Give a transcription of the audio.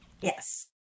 Yes